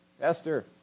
Esther